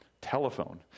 telephone